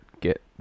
get